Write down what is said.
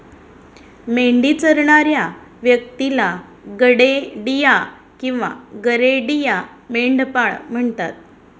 मेंढी चरणाऱ्या व्यक्तीला गडेडिया किंवा गरेडिया, मेंढपाळ म्हणतात